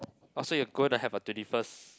!wah! so you gonna have your twenty first